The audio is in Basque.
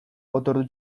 otordu